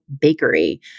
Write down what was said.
bakery